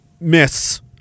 myths